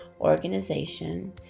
organization